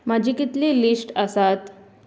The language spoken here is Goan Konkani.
म्हाजी कितली लिस्ट आसात